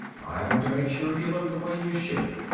i want to make sure you look the way you should.